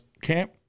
camp